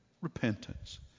repentance